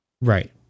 Right